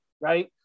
right